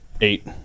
Eight